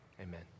Amen